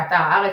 באתר הארץ,